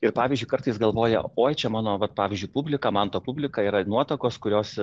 ir pavyzdžiui kartais galvoja oi čia mano vat pavyzdžiui publika man ta publika yra nuotakos kurios